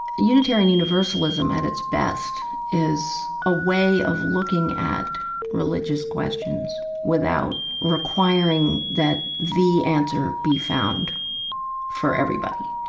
unitarian universalism at its best is a way of looking at religious questions without requiring that the answer be found for everybody,